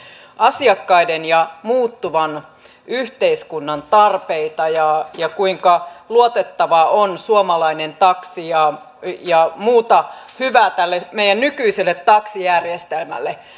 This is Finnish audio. asiakkaiden ja muuttuvan yhteiskunnan tarpeita ja ja kuinka luotettava on suomalainen taksi ja ja muuta hyvää tälle meidän nykyiselle taksijärjestelmälle